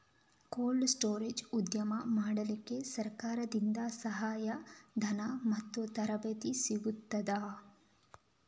Cold storage ಉದ್ಯಮ ಮಾಡಲಿಕ್ಕೆ ಸರಕಾರದಿಂದ ಸಹಾಯ ಧನ ಮತ್ತು ತರಬೇತಿ ಸಿಗುತ್ತದಾ?